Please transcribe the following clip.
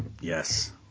Yes